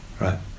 right